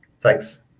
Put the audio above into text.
Thanks